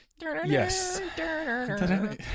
yes